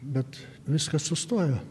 bet viskas sustojo